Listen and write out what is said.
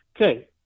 Okay